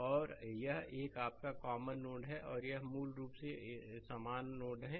और यह एक आपका कॉमन नोड है यह एक मूल रूप से समान नोड है